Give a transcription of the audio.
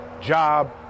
job